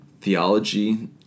theology